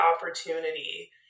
opportunity